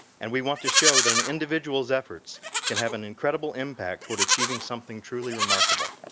and we want to show that an individual's efforts can have an incredible impact toward achieving something truly remarkable.